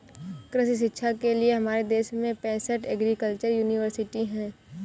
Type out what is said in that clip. कृषि शिक्षा के लिए हमारे देश में पैसठ एग्रीकल्चर यूनिवर्सिटी हैं